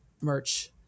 merch